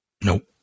Nope